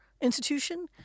institution